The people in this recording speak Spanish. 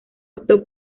optó